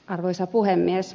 arvoisa puhemies